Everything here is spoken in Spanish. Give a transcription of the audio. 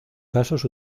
casos